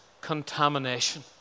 contamination